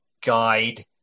guide